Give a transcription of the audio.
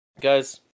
guys